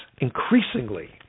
increasingly